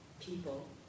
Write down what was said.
people